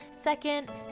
Second